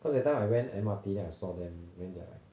cause that time I went M_R_T then I saw them wearing their like